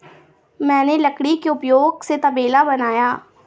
मैंने लकड़ी के उपयोग से तबेला बनाया